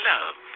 Love